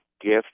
gift